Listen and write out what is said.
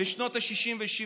בשנות השישים והשבעים,